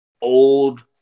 old